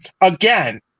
again